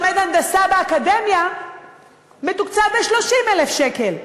מי שלומד הנדסה באקדמיה מתוקצב ב-30,000 שקל,